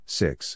six